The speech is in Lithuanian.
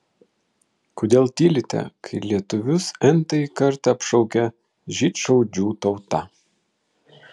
kodėl tylite kai lietuvius n tąjį kartą apšaukia žydšaudžių tauta